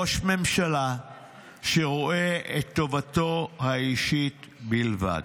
ראש ממשלה שרואה את טובתו האישית בלבד.